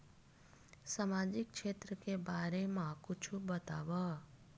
सामजिक क्षेत्र के बारे मा कुछु बतावव?